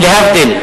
להבדיל.